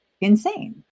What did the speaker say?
insane